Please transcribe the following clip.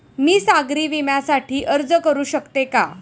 मी सागरी विम्यासाठी अर्ज करू शकते का?